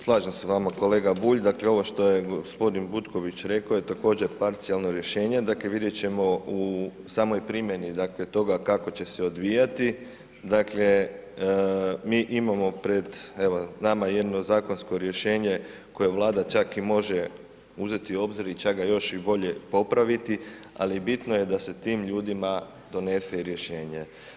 Slažem se s vama kolega Bulj, dakle ovo što je gospodin Butković rekao je također parcijalno rješenje, dakle vidjet ćemo u samoj primjeni, dakle toga kako će se odvijati, dakle mi imamo pred evo nama jedno zakonsko rješenje koje Vlada čak i može uzeti u obzir i čak ga još i bolje popraviti ali bitno je da se tim ljudima donese rješenje.